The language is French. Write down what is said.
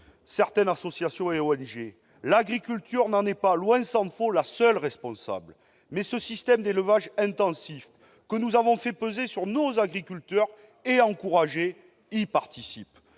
certaines associations. L'agriculture n'en est pas, tant s'en faut, seule responsable. Mais ce système d'élevage intensif que nous avons fait peser sur nos agriculteurs et que nous avons